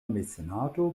mecenato